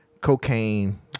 cocaine